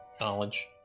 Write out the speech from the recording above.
knowledge